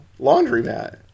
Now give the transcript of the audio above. laundromat